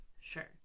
Sure